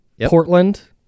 Portland